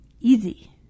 easy